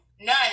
None